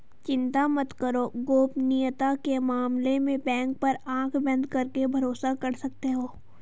चिंता मत करो, गोपनीयता के मामले में बैंक पर आँख बंद करके भरोसा कर सकते हो